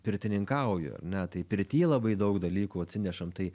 pirtininkauju ar ne tai pirty labai daug dalykų atsinešam tai